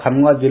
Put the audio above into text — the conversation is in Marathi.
खामगाव जि